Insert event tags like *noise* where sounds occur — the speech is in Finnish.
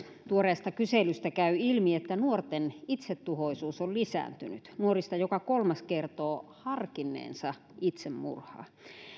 *unintelligible* tuoreesta kyselystä käy ilmi että nuorten itsetuhoisuus on lisääntynyt nuorista joka kolmas kertoo harkinneensa itsemurhaa